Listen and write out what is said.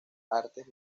artes